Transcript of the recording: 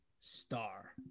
star